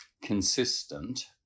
consistent